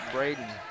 Braden